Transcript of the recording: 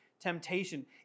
temptation